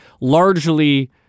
largely